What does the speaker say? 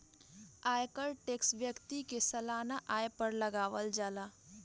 आयकर टैक्स व्यक्ति के सालाना आय पर लागावल जाला